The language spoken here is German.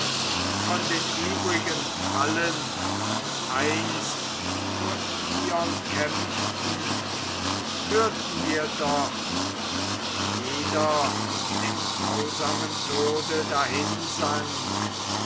von den übrigen allen die einst vor ilion kämpften hörten wir doch wie jeder dem grausamen tode dahinsank